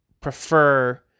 prefer